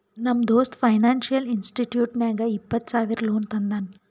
ನಮ್ ದೋಸ್ತ financial institution ನಾಗ್ ಇಪ್ಪತ್ತ ಸಾವಿರ ಲೋನ್ ತಂದಾನ್